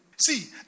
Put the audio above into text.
See